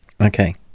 Okay